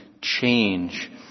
change